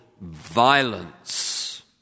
violence